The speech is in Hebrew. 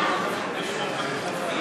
התשע"ח 2018,